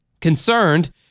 Concerned